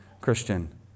Christian